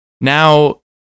now